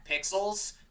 Pixels